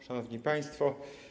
Szanowni Państwo!